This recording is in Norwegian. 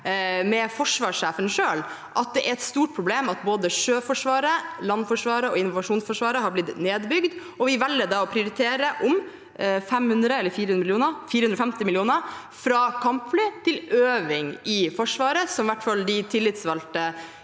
med forsvarssjefen selv, at det er et stort problem at både sjøforsvaret, landforsvaret og invasjonsforsvaret er blitt nedbygd. Vi velger da å prioritere om 450 mill. kr fra kampfly til øving i Forsvaret. De tillitsvalgte